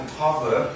cover